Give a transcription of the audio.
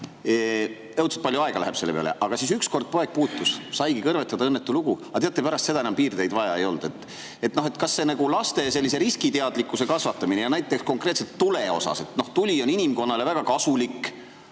õudselt palju aega läheb selle peale –, siis ükskord poeg puutus, saigi kõrvetada, õnnetu lugu. Aga teate, pärast seda enam piirdeid vaja ei olnud. Laste sellise riskiteadlikkuse kasvatamine, näiteks konkreetselt tule puhul – tuli on inimkonnale väga kasulik,